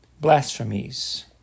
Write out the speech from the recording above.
blasphemies